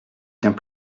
tiens